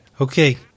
Okay